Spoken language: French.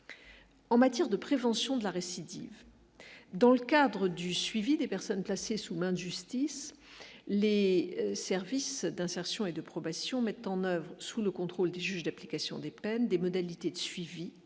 En matière de prévention de la récidive dans le cadre du suivi des personnes placées sous main de justice, les services d'insertion et de probation mettent en oeuvre sous le contrôle du juge d'application des peines, des modalités de suivi